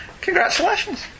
Congratulations